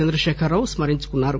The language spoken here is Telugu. చంద్రశేఖరరావు స్మ రించుకున్నారు